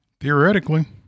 Theoretically